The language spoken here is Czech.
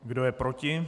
Kdo je proti?